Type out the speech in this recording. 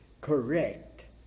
correct